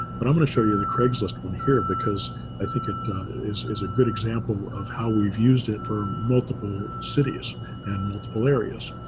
but i'm going to show you the craigslist one here because i think it is is a good example of how we've used it for multiple cities and multiple areas.